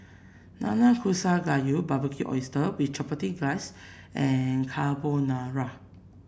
Nanakusa Gayu Barbecued Oyster with Chipotle Glaze and Carbonara